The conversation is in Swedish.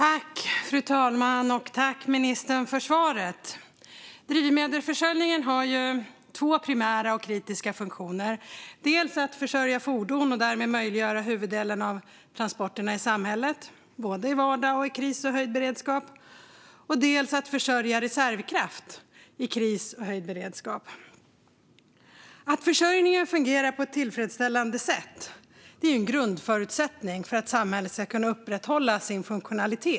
Fru talman! Tack, ministern, för svaret! Drivmedelsförsörjningen har två primära och kritiska funktioner: dels att försörja fordon och därmed möjliggöra huvuddelen av transporterna i samhället, både i vardag och i kris och höjd beredskap, dels att försörja reservkraft i kris och höjd beredskap. Att försörjningen fungerar på ett tillfredsställande sätt är en grundförutsättning för att samhället ska kunna upprätthålla sin funktionalitet.